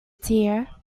dear